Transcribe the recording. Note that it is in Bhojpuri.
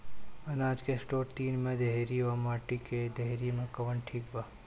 अनाज के स्टोर टीन के डेहरी व माटी के डेहरी मे कवन ठीक बा?